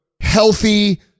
healthy